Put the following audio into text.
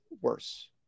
worse